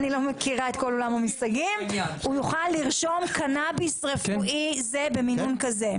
הוא יוכל לרשום קנביס רפואי זה במינון כזה.